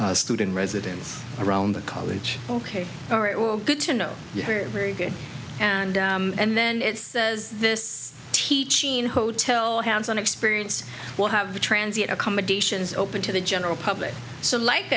should student residents around the college ok all right well good to know you hear very good and and then it says this teaching hotel hands on experience what have the transit accommodations open to the general public so like